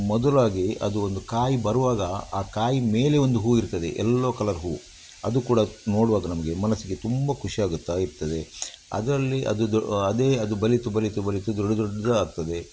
ಮೊದಲಾಗಿ ಅದು ಒಂದು ಕಾಯಿ ಬರುವಾಗ ಆ ಕಾಯಿ ಮೇಲೆ ಒಂದು ಹೂ ಇರ್ತದೆ ಎಲ್ಲೊ ಕಲ್ಲರ್ ಹೂ ಅದು ಕೂಡ ನೋಡುವಾಗ ನಮಗೆ ಮನಸ್ಸಿಗೆ ತುಂಬ ಖುಷಿಯಾಗುತ್ತಾ ಇರ್ತದೆ ಅದರಲ್ಲಿ ಅದು ದೊ ಅದೇ ಅದು ಬಲಿತು ಬಲಿತು ಬಲಿತು ದೊಡ್ಡ ದೊಡ್ಡ ಆಗ್ತದೆ